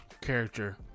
character